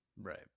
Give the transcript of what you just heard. Right